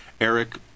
Eric